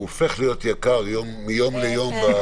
הוא הופך להיות יקר מיום ליום.